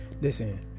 Listen